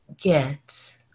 get